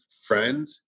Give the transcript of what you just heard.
friend